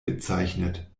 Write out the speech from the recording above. gezeichnet